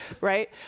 right